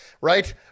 right